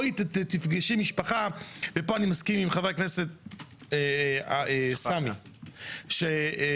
תפגשי משפחה ופה אני מסכים עם חבר הכנסת סמי אבו שחאדה